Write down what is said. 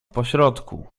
pośrodku